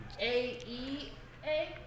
A-E-A